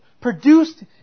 produced